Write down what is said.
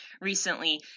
recently